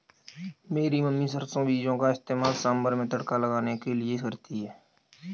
मेरी मम्मी सरसों बीजों का इस्तेमाल सांभर में तड़का लगाने के लिए करती है